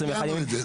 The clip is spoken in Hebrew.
סיימנו את זה.